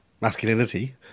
masculinity